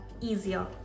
easier